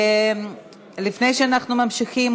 לפני שאנחנו ממשיכים,